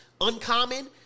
uncommon